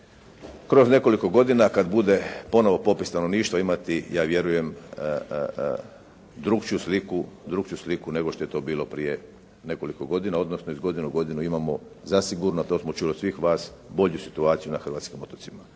kroz nekoliko godina kad bude ponovo popis stanovništva imati ja vjerujem drukčiju sliku nego što je to bilo prije nekoliko godina, odnosno iz godine u godinu imamo zasigurno, to smo čuli od svih vas, bolju situaciju na hrvatskim otocima.